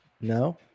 No